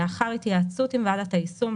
לאחר התייעצות עם ועדת היישום,